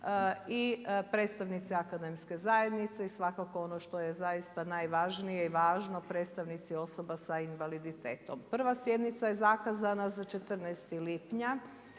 i predstavnici akademske zajednice i svakako ono što je zaista najvažnije i važno, predstavnici osoba sa invaliditetom. Prva sjednica je zakazana za 14. lipnja